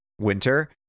winter